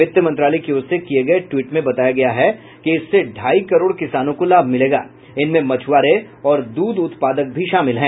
वित्त मंत्रालय की ओर से किये गये टवीट में बताया गया कि इससे ढाई करोड़ किसानों को लाभ होगा इनमें मछुआरे और दूध उत्पादक भी शामिल हैं